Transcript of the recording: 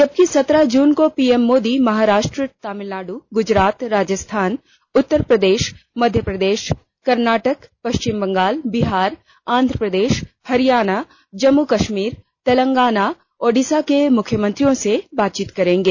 जबकि सत्रह जून को पीएम मोदी महाराष्ट्र तमिलनाडु गुजरात राजस्थान उत्तरप्रदेश मध्य प्रदेश कर्नाटक पश्चिम बंगाल बिहार आंध्र प्रदेश हरियाणा जम्मू कश्मीर तेलंगाना ओडिशा के मुख्यमंत्रियों से बातचीत करेंगे